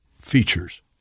features